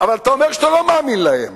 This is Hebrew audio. אבל אתה אומר שאתה לא מאמין להם.